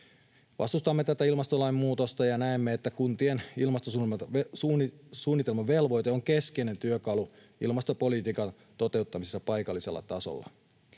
Vastustamme tätä ilmastolain muutosta ja näemme, että kuntien ilmastosuunnitelmavelvoite on keskeinen työkalu ilmastopolitiikan toteuttamisessa paikallisella tasolla.